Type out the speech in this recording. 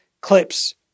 Clips